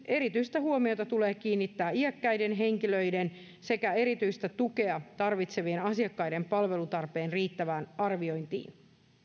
erityistä huomiota tulee kiinnittää iäkkäiden henkilöiden sekä erityistä tukea tarvitsevien asiakkaiden palvelutarpeen riittävään arviointiin